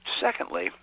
secondly